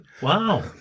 Wow